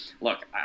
look